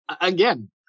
again